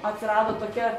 atsirado tokia